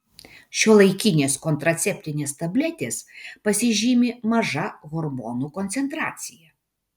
šiuolaikinės kontraceptinės tabletės pasižymi maža hormonų koncentracija